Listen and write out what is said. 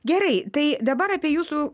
gerai tai dabar apie jūsų